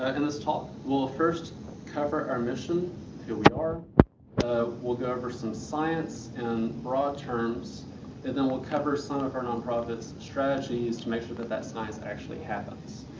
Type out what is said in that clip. and in this talk, we'll ah first cover our mission, who we are we'll go over some science in broad terms then then we'll cover some of our non-profit's strategies to make sure that that science actually happens.